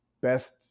best